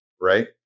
Right